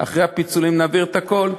אחרי הפיצולים נעביר את הכול,